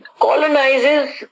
colonizes